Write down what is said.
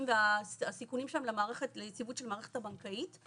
והסיכונים שלהם ליציבות של המערכת הבנקאית.